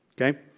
Okay